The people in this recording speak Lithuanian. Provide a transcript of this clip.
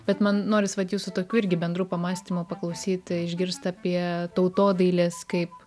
bet man noris vat jūsų tokių irgi bendrų pamąstymų paklausyt išgirst apie tautodailės kaip